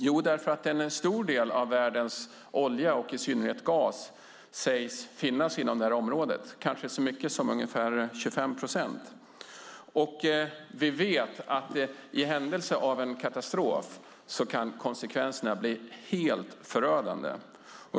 Jo, därför att en stor del av världens olja och i synnerhet gas sägs finnas i det här området. Det kanske rör sig om så mycket som 25 procent. Vi vet att i händelse av en katastrof kan konsekvenserna bli helt förödande.